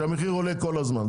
שהמחיר עולה כל הזמן,